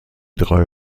drei